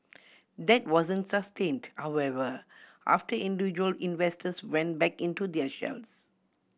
that wasn't sustained however after individual investors went back into their shells